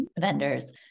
vendors